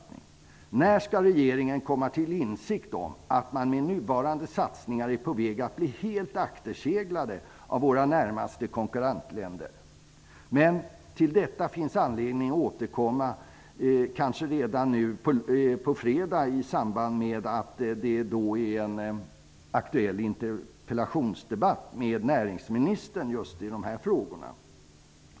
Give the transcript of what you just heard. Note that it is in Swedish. När skall regeringen komma till insikt om att man med nuvarande satsningar är på väg att bli helt akterseglad av våra närmaste konkurrentländer? Det finns anledning att återkomma till detta, kanske redan nu på fredag, i samband med en aktuell interpellationsdebatt med näringsministern i just de frågorna.